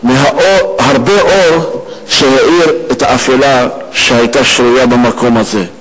הרבה אור שהאיר את האפלה שהיתה שרויה במקום הזה.